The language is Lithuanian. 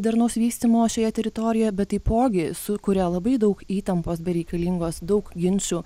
darnaus vystymo šioje teritorijoje bet taipogi sukuria labai daug įtampos bereikalingos daug ginčų